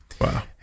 Wow